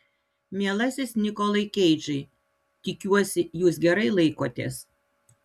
mielasis nikolai keidžai tikiuosi jūs gerai laikotės